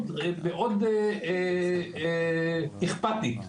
מאוד אכפתית,